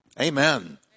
Amen